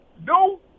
no